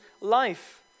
life